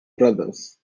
brothers